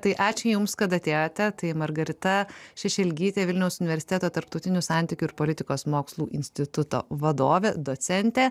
tai ačiū jums kad atėjote tai margarita šešelgytė vilniaus universiteto tarptautinių santykių ir politikos mokslų instituto vadovė docentė